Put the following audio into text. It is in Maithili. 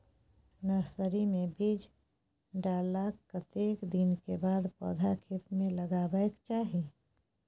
नर्सरी मे बीज डाललाक कतेक दिन के बाद पौधा खेत मे लगाबैक चाही?